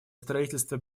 строительства